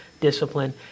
discipline